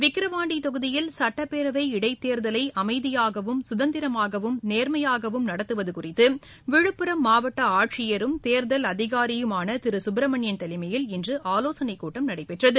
விக்கிரவாண்டி தொகுதியில் சுட்டப்பேரவை இடைத்தேர்தலை அமைதியாகவும் சுதந்திரமாகவும் நேர்மையாகவும் நடத்துவது குறித்து விழுப்புரம் மாவட்ட ஆட்சியரும் தேர்தல் அதிகாரியுமான திரு சுப்பிரமணியன் தலைமையில் இன்று ஆலோசனை கூட்டம் நடைபெற்றது